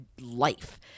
life